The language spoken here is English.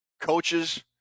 coaches